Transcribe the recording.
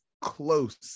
close